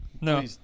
No